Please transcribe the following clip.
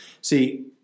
see